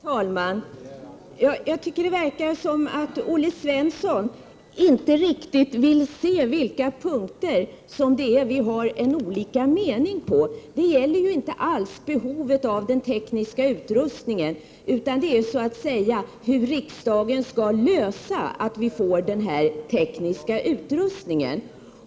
Herr talman! Jag tycker att det verkar som om Olle Svensson inte riktigt vill se på vilka punkter våra uppfattningar skiljer sig åt. Det är inte alls i fråga om behovet av teknisk utrustning utan i fråga om hur riksdagen skall tillgodose våra önskemål om att få sådan utrustning.